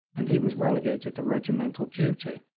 and he was relegated to regimental duty.